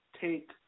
take